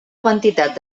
quantitat